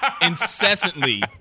incessantly